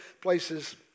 places